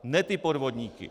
Ne ty podvodníky.